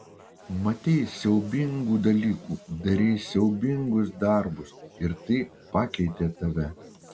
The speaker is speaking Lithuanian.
matei siaubingų dalykų darei siaubingus darbus ir tai pakeitė tave